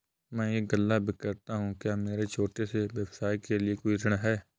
मैं एक गल्ला विक्रेता हूँ क्या मेरे छोटे से व्यवसाय के लिए कोई ऋण है?